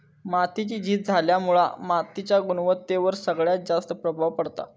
मातीची झीज झाल्यामुळा मातीच्या गुणवत्तेवर सगळ्यात जास्त प्रभाव पडता